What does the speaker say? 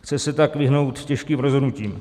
Chce se tak vyhnout těžkým rozhodnutím.